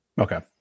okay